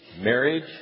marriage